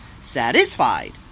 satisfied